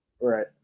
right